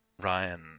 Ryan